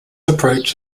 approach